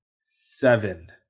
seven